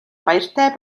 баяртай